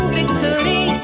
victory